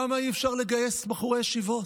למה אי-אפשר לגייס בחורי ישיבות?